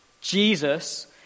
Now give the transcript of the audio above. Jesus